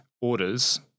orders